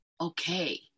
okay